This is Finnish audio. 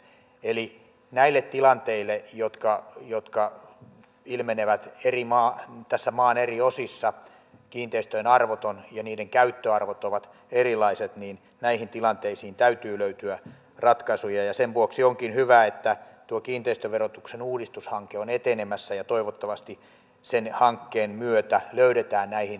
eli näihin tilanteisiin jotka ilmenevät maan eri osissa kiinteistöjen arvot ja niiden käyttöarvot ovat erilaiset täytyy löytyä ratkaisuja ja sen vuoksi onkin hyvä että tuo kiinteistöverotuksen uudistushanke on etenemässä ja toivottavasti sen hankkeen myötä löydetään näihin ongelmakohtiin ratkaisuja